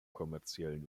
kommerziellen